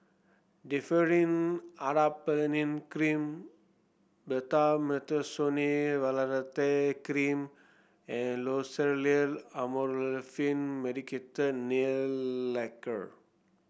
Differin Adapalene Cream Betamethasone Valerate Cream and Loceryl Amorolfine Medicated Nail Lacquer